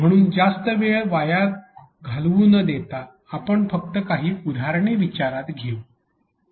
म्हणून जास्त वेळ वाया घालवू न देता आपण फक्त काही उदाहरणे विचारात घेऊ या